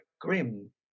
grim